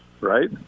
right